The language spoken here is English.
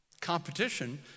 competition